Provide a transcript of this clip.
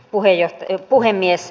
arvoisa puhemies